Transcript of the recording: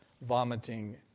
vomiting